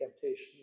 temptation